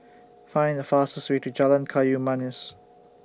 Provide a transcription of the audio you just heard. Find The fastest Way to Jalan Kayu Manis